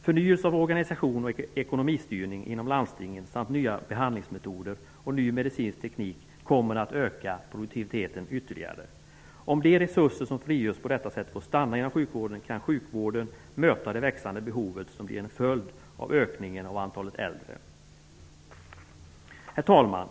Förnyelsen av organisation och ekonomistyrning inom landstingen samt nya behandlingsmetoder och ny medicinsk teknik kommer att öka produktiviteten ytterligare. Om de resurser som frigörs på detta sätt får stanna inom sjukvården, kan sjukvården möta de växande behov som blir en följd av ökningen av antalet äldre. Herr talman!